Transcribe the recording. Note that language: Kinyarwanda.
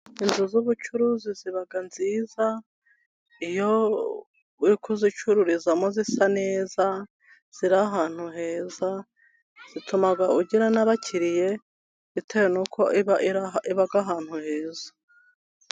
Inzu z'ubucuruzi ziba nziza, iyo uri kuzicururizamo zisa neza, ziri ahantu heza, zituma ugirana n'abakiriye, bitewe n'uko iba iba ahantu heza.